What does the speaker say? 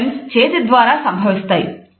emblem చేతి ద్వారా సంభవిస్తాయి